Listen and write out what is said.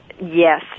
Yes